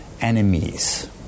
enemies